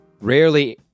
rarely